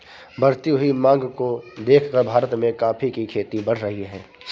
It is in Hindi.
बढ़ती हुई मांग को देखकर भारत में कॉफी की खेती बढ़ रही है